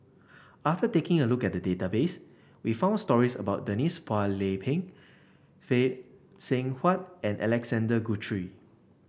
after taking a look at the database we found stories about Denise Phua Lay Peng Phay Seng Whatt and Alexander Guthrie